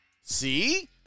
See